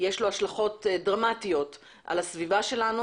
יש לו השלכות דרמטיות על הסביבה שלנו,